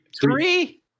Three